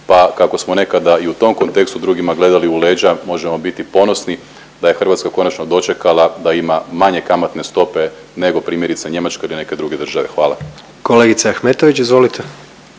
pa kako smo nekada i u tom kontekstu drugima gledali u leđa možemo biti ponosni, da je Hrvatska konačno dočekala da ima manje kamatne stope nego primjerice Njemačka ili neke druge države. Hvala. **Jandroković, Gordan